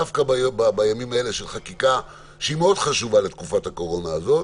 דווקא בימים אלה של חקיקה שהיא מאוד חשובה לתקופת הקורונה הזו,